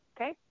okay